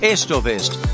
Estovest